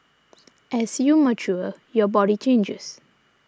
as you mature your body changes